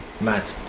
Mad